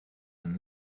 there